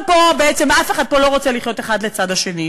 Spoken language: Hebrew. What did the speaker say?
ובעצם אף אחד פה לא רוצה לחיות אחד לצד השני,